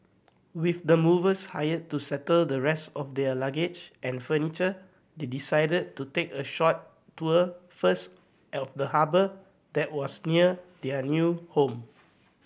with the movers hired to settle the rest of their luggage and furniture they decided to take a short tour first of the harbour that was near their new home